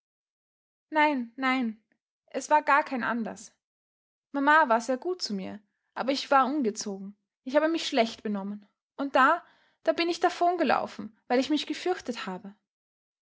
nein nein es war gar kein anlaß mama war sehr gut zu mir aber ich war ungezogen ich habe mich schlecht benommen und da da bin ich davongelaufen weil ich mich gefürchtet habe